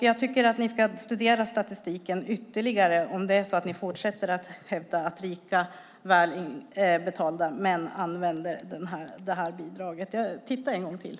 Jag tycker att ni ska studera statistiken ytterligare om ni fortsätter hävda att rika välbetalda män använder RUT-avdraget. Titta en gång till!